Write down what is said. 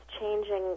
changing